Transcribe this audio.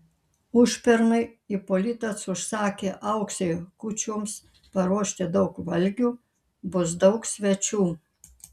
užpernai ipolitas užsakė auksei kūčioms paruošti daug valgių bus daug svečių